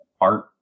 art